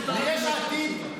ליש עתיד?